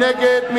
מי נגד?